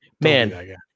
Man